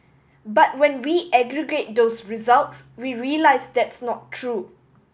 but when we aggregate those results we realise that's not true